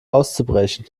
auszubrechen